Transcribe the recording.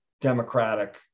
democratic